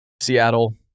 Seattle